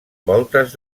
voltes